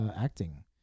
acting